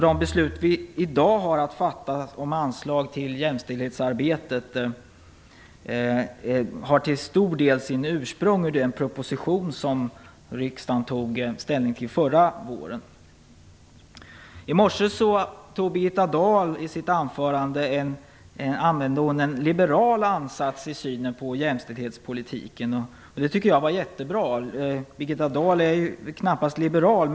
De beslut som vi i dag har att fatta om anslag till jämställdhetsarbetet har till stor del sitt ursprung i den proposition som riksdagen tog ställning till förra våren. I morse använde Birgitta Dahl en liberal ansats i synen på jämställdhetspolitiken. Det tycker jag var väldigt bra. Birgitta Dahl är ju knappast liberal.